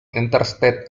interstate